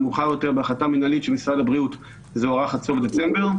מאוחר יותר בהחלטה מינהלית של משרד הבריאות זה הוארך עד סוף דצמבר.